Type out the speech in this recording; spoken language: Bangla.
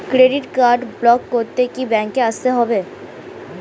ক্রেডিট কার্ড ব্লক করতে কি ব্যাংকে আসতে হবে?